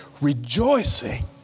rejoicing